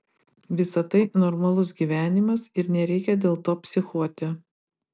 visa tai normalus gyvenimas ir nereikia dėl to psichuoti